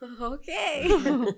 Okay